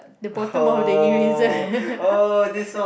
the bottom of the eraser